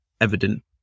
evident